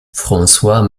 françois